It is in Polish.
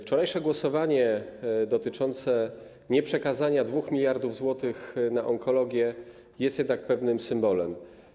Wczorajsze głosowanie dotyczące nieprzekazania 2 mld zł na onkologię jest jednak pewnym symbolem.